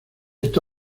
esta